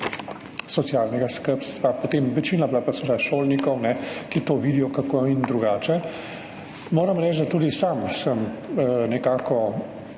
socialnega skrbstva, večina je bila pa seveda šolnikov, ki to vidijo tako in drugače. Moram reči, da sem tudi sam nekako